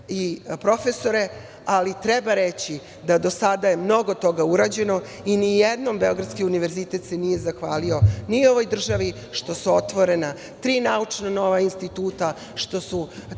i profesore, ali treba reći da do sada je mnogo toga urađeno i ni jednom Beogradski univerzitet se nije zahvalio ni ovoj državi, što su otvorena tri naučna nova instituta, što su